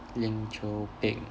linkoping